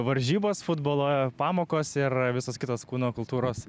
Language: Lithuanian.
varžybos futbolo pamokos ir visos kitos kūno kultūros